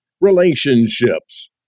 relationships